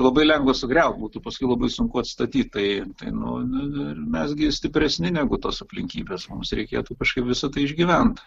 labai lengva sugriaut būtų paskui labai sunku atstatyt tai tai nu nu nu ir mes gi stipresni negu tos aplinkybės mums reikėtų kažkaip visa tai išgyvent